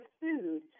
food